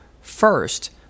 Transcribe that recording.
first